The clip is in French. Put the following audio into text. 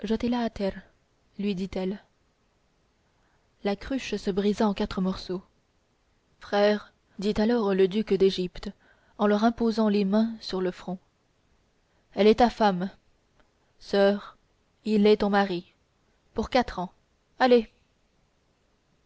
lui dit-elle la cruche se brisa en quatre morceaux frère dit alors le duc d'égypte en leur imposant les mains sur le front elle est ta femme soeur il est ton mari pour quatre ans allez